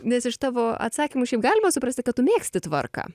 nes iš tavo atsakymų šiaip galima suprasti kad tu mėgsti tvarką